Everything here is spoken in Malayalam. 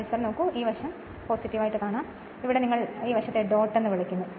കഴ്സർ നോക്കൂ ഈ വശം ആണ് ഈ വശത്തെ നിങ്ങൾ ഡോട്ട് എന്ന് വിളിക്കുന്നു